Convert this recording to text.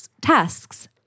tasks